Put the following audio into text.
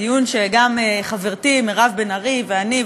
דיון שגם חברתי מירב בן ארי ואני,